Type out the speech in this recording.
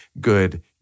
good